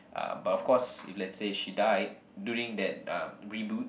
uh but of course if let's say she died during that uh reboot